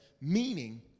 meaning